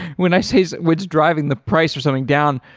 when i say with driving the price or something down,